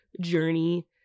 journey